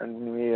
आणि